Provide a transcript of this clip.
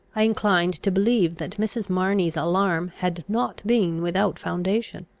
i inclined to believe that mrs. marney's alarm had not been without foundation.